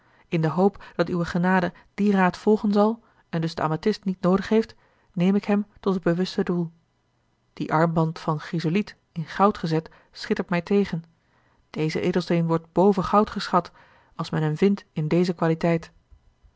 in de hoop dat uwe genade dien raad volgen zal en dus den amathist niet noodig heeft neme ik hem tot het bewuste doel die armband van chrysoliet in goud gezet schittert mij tegen deze edelsteen wordt boven goud geschat als men hem vindt in deze qualiteit